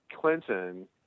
Clinton